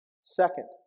Second